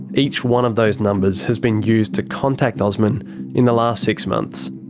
each one of those numbers has been used to contact osman in the last six months.